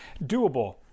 doable